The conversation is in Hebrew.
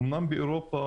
אומנם באירופה,